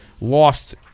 Lost